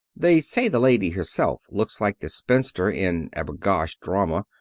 they say the lady herself looks like the spinster in a b'gosh drama.